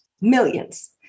millions